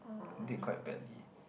I did quite badly